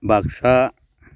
Baksa